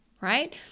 right